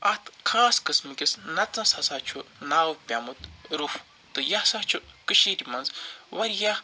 اتھ خاص قٕسمٕکِس نژنَس ہَسا چھُ ناو پیٛومُت روٚف تہِ یہِ ہسا چھُ کٔشیٖرِ منٛز وارِیاہ